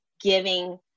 giving